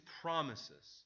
promises